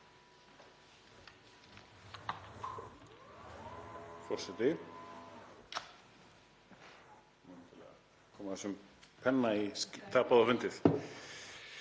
Forseti.